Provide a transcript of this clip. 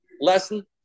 lesson